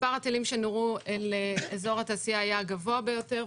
מספר הטילים שנורו אל אזור התעשייה היה הגבוה ביותר,